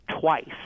twice